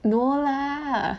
no lah